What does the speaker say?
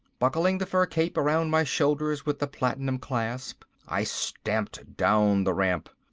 buckling the fur cape around my shoulders with the platinum clasp, i stamped down the ramp.